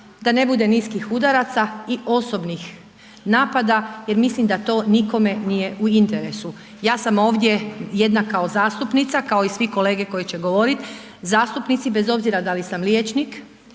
da ne bude niskih udaraca i osobnih napada jer mislim da to nikome nije u interesu. Ja sam ovdje jedna kao zastupnica kao i svi kolege koji će govoriti zastupnici, bez obzira da li sam liječnik